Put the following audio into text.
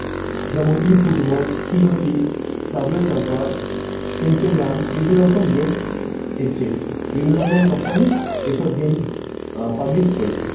যেমন e football C O C subway surfer temple run বিভিন্ন রকম গেম এসছে বিভিন্ন রকম কোম্পানি এসব গেম পাবলিশ করেছে